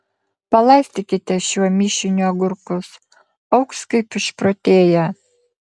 palaistykite šiuo mišiniu agurkus augs kaip išprotėję